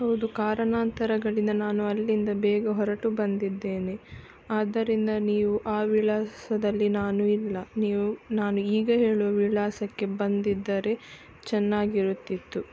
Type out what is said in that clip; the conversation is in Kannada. ಹೌದು ಕಾರಣಾಂತರಗಳಿಂದ ನಾನು ಅಲ್ಲಿಂದ ಬೇಗ ಹೊರಟು ಬಂದಿದ್ದೇನೆ ಆದ್ದರಿಂದ ನೀವು ಆ ವಿಳಾಸದಲ್ಲಿ ನಾನು ಇಲ್ಲ ನೀವು ನಾನು ಈಗ ಹೇಳುವ ವಿಳಾಸಕ್ಕೆ ಬಂದಿದ್ದರೆ ಚೆನ್ನಾಗಿರುತ್ತಿತ್ತು